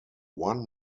one